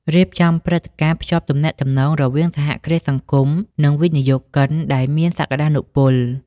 រៀបចំព្រឹត្តិការណ៍ភ្ជាប់ទំនាក់ទំនង រវាងសហគ្រាសសង្គម និងវិនិយោគិនដែលមានសក្តានុពល ។